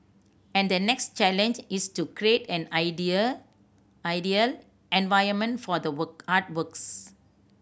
and the next challenge is to create an idea ideal environment for the artworks